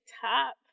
top